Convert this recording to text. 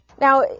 Now